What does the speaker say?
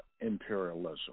imperialism